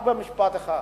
רק במשפט אחד: